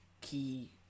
key